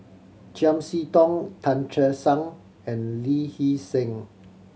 Chiam See Tong Tan Che Sang and Lee Hee Seng